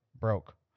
Broke